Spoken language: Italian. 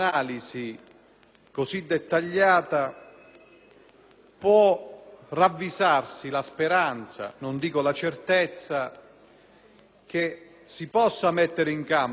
può ravvisarsi la speranza, non dico la certezza, che si possa mettere in campo un'azione di Governo e anche parlamentare